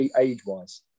age-wise